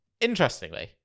Interestingly